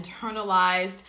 internalized